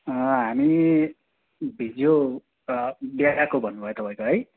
हामी भिडियो बिहाको भन्नुभयो तपाईँको है